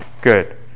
Good